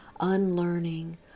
unlearning